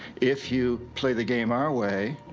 if you play the game our way.